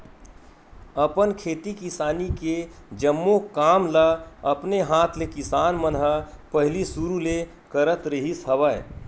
अपन खेती किसानी के जम्मो काम ल अपने हात ले किसान मन ह पहिली सुरु ले करत रिहिस हवय